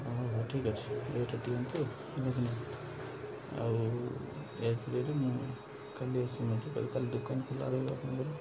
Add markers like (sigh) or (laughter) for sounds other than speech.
ହଉ ହଉ ଠିକ୍ ଅଛି ଏଇଟା ଦିଅନ୍ତୁ (unintelligible) କାଲି ଦୋକାନ ଖୋଲା ରହିବି ଆପଣଙ୍କର